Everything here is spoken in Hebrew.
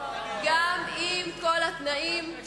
גם עם כל התנאים,